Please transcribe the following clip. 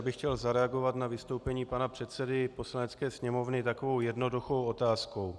Já bych chtěl zareagovat na vystoupení pana předsedy Poslanecké sněmovny takovou jednoduchou otázkou.